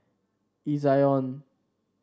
Ezion